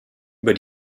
über